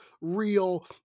real